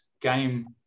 game